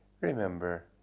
remember